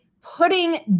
putting